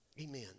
Amen